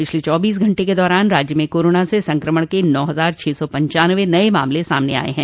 पिछले चौबीस घंटे के दौरान राज्य में कोरोना से संक्रमण नौ हजार छह सौ पनचांनवे नये मामले सामने आये हैं